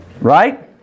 Right